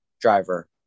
driver